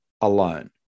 alone